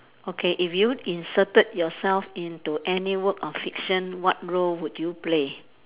okay if you inserted yourself into any work of fiction what role would you play